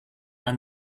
and